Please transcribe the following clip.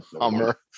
Hummer